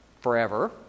forever